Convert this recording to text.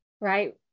right